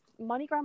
Moneygram